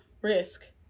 risk